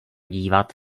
dívat